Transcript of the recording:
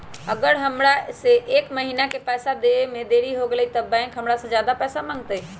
अगर हमरा से एक महीना के पैसा देवे में देरी होगलइ तब बैंक हमरा से ज्यादा पैसा मंगतइ?